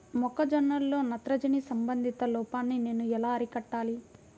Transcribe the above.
మొక్క జొన్నలో నత్రజని సంబంధిత లోపాన్ని నేను ఎలా అరికట్టాలి?